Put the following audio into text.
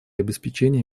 обеспечения